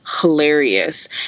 hilarious